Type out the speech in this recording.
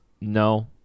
No